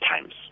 times